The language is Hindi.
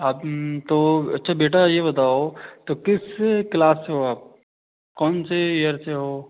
आप तो अच्छा बेटा ये बताओ तो किस क्लास से हो आप कौन से ईयर से हो